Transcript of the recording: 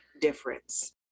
difference